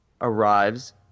arrives